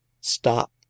stop